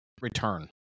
return